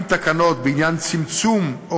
והבטיחות בדרכים להתקין תקנות בעניין צמצום או